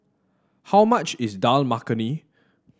how much is Dal Makhani